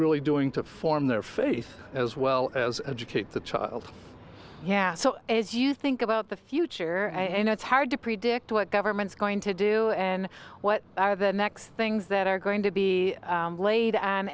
really doing to form their faith as well as educate the child yeah so as you think about the future and it's hard to predict what government's going to do and what are the next things that are going to be laid